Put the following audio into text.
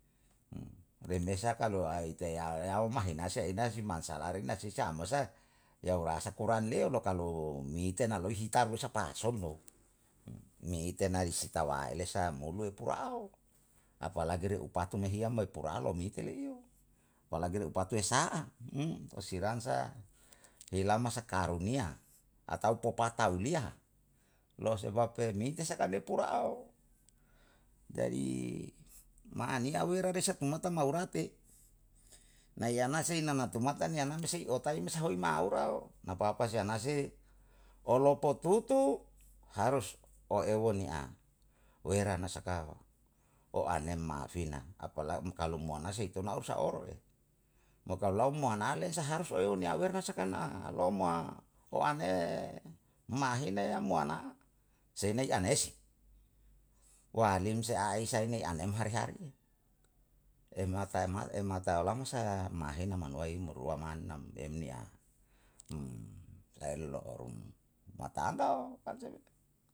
rei me saka do'a ai teya yauma hinase inasi mansalari na si sa'a mesae, yau la'asako ranliyo lo kalu mihite na lohitiru sapa sonno. me hite na isitaele sam molue pu'ao. Apalagi reupatu me hiya mo puae lomite le'e yo, apalagi me upatu e sa'a? tau si rasa, hi lau masakaru niya atau popata uliya, lao sebeb emite saka ne pura ao, jadi maaniya wera risa tu mata maurate, na yana sei nanatu mata ne anam sei otaime sahui maurao, na papasi ana sei. Olopotutu, harus o ewo ni a, werana sakau. O anem ma'afina, apa lai um kalu muana sei to na usaoe, mo kalu lau mo anale saharus oluniya werna sakana alo'o ma o ane mahina yammuana, seina ei anesi, walim se aisa ineim hari hari, ei mata elamo saiya mahena manuwai mo rua mannam lei niya, lai lo'o mata mo kan seng